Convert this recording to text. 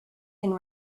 and